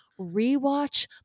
rewatch